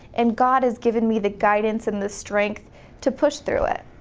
and god has given me the guidance and the strength to push through it.